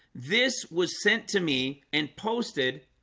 this was sent to me and posted